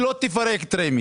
היא לא תפרק את רמ"י.